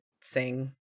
sing